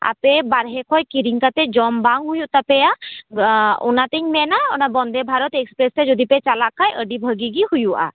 ᱟᱯᱮ ᱵᱟᱦᱨᱮ ᱠᱷᱚᱡ ᱠᱤᱨᱤᱧ ᱠᱟᱛᱮᱫ ᱡᱚᱢ ᱵᱟᱝ ᱦᱩᱭᱩᱜ ᱛᱟᱯᱮᱭᱟ ᱚᱱᱟᱛᱮᱧ ᱢᱮᱱᱟ ᱚᱱᱟ ᱵᱚᱱᱫᱮᱵᱷᱟᱨᱚᱛ ᱮᱠᱥᱯᱨᱮᱥ ᱛᱮ ᱡᱩᱫᱤᱯᱮ ᱪᱟᱞᱟᱜ ᱠᱷᱟᱱ ᱟᱹᱰᱤ ᱵᱷᱟᱹᱜᱤᱜᱮ ᱦᱩᱭᱩᱜᱼᱟ